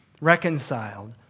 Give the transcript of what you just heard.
Reconciled